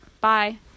Bye